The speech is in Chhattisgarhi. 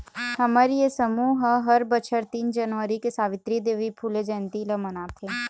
हमर ये समूह ह हर बछर तीन जनवरी के सवित्री देवी फूले जंयती ल मनाथे